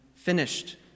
finished